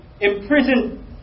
imprisoned